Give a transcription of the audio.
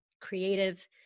creative